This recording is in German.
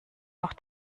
noch